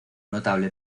notable